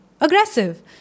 aggressive